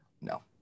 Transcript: No